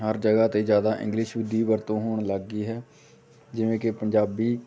ਹਰ ਜਗ੍ਹਾ 'ਤੇ ਜ਼ਿਆਦਾ ਇੰਗਲਿਸ਼ ਦੀ ਵਰਤੋਂ ਹੋਣ ਲੱਗ ਗਈ ਹੈ ਜਿਵੇਂ ਕਿ ਪੰਜਾਬੀ